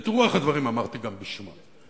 את רוח הדברים אמרתי גם בשמה.